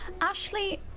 Ashley